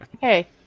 Hey